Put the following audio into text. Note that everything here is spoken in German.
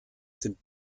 sind